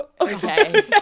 Okay